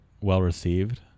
well-received